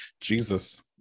jesus